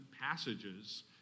passages